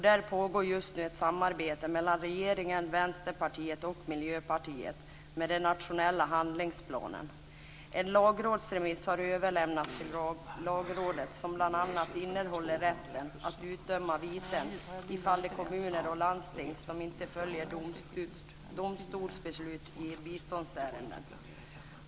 Där pågår just nu ett samarbete mellan regeringen, Vänsterpartiet och Miljöpartiet med den nationella handlingsplanen. En lagrådsremiss har överlämnats till Lagrådet som bl.a. innehåller frågan om rätten att utdöma viten i de fall kommuner och landsting inte följer domstolsbeslut i biståndsärenden.